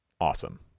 awesome